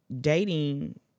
Dating